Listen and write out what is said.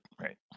right